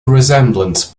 resemblance